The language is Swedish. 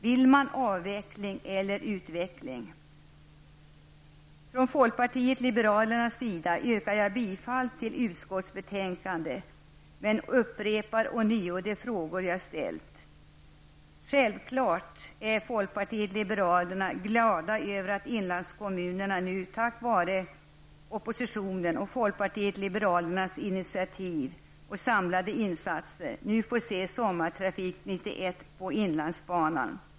Vill man ha en avveckling eller en utveckling? På folkpartiet liberalernas vägnar yrkar jag bifall till utskottets hemställan i betänkandet. Avslutningsvis upprepar jag de frågor som jag har ställt. Självfallet är vi i folkpartiet liberalerna glada över att inlandskommunerna nu, tack vare oppositionen och folkpartiet liberalernas initiativ och samlade insatser, får se Sommartrafik 91 på inlandsbanan.